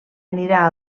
anirà